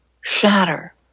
shatter